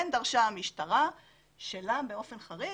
כן דרשה המשטרה שלה באופן חריג,